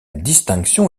distinction